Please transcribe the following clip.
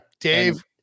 Dave